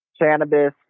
cannabis